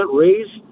raise